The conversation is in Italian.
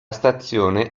stazione